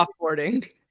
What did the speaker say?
offboarding